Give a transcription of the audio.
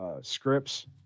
Scripts